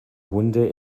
hunde